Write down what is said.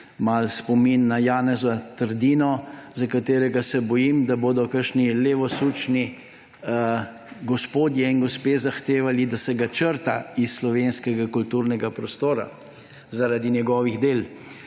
spomin na Janeza Trdino, za katerega se bojim, da bodo kakšni levosučni gospodje in gospe zahtevali, da se ga črta iz slovenskega kulturnega prostora zaradi njegovih del.